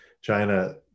China